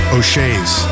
O'Shea's